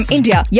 India